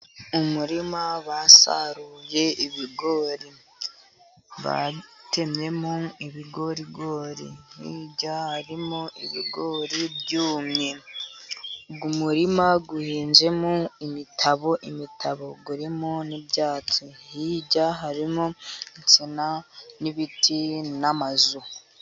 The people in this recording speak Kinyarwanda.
Umurima basaruye ibigori. Batemyemo ibigorigori hirya harimo ibigori byumye. Umurima uhinzemo imitabo urimo n'ibyatsi. Hirya harimo insina n'ibiti n'amazu.